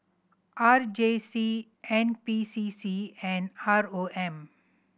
R J C N P C C and R O M